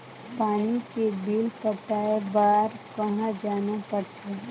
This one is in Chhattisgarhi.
पानी के बिल पटाय बार कहा जाना पड़थे?